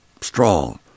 strong